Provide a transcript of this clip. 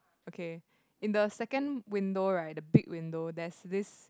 okay in the second window right the big window there's this